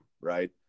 right